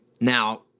Now